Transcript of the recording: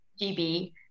GB